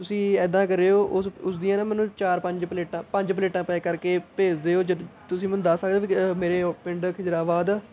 ਤੁਸੀਂ ਇੱਦਾਂ ਕਰਿਓ ਉਸ ਉਸਦੀਆਂ ਨਾ ਮੈਨੂੰ ਚਾਰ ਪੰਜ ਪਲੇਟਾਂ ਪੰਜ ਪਲੇਟਾਂ ਪੈਕ ਕਰਕੇ ਭੇਜ ਦਿਓ ਜਦ ਤੁਸੀਂ ਮੈਨੂੰ ਦੱਸ ਸਕਦੇ ਵੀ ਮੇਰੇ ਉਹ ਪਿੰਡ ਖਿਜ਼ਰਾਬਾਦ